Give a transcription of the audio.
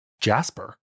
Jasper